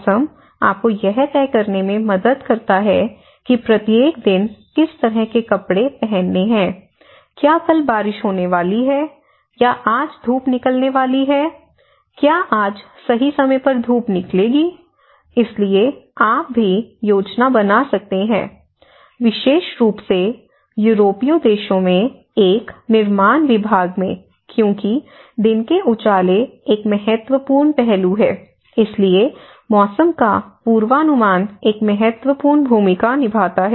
मौसम आपको यह तय करने में मदद करता है कि प्रत्येक दिन किस तरह के कपड़े पहनने हैं क्या कल बारिश होने वाली है या आज धूप निकलने वाली है क्या आज सही समय पर धूप निकलेगी इसलिए आप भी योजना बना सकते हैं विशेष रूप से यूरोपीय देशों में एक निर्माण विभाग में क्योंकि दिन के उजाले एक महत्वपूर्ण पहलू है इसलिए मौसम का पूर्वानुमान एक महत्वपूर्ण भूमिका निभाता है